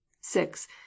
six